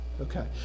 Okay